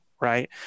Right